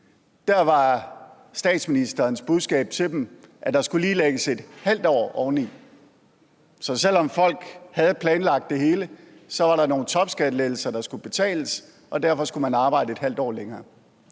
siden var statsministerens budskab til dem, at der lige skulle lægges ½ år oveni, så selv om folk havde planlagt det hele, var der nogle topskattelettelser, der skulle betales, og derfor skulle man arbejde ½ år længere.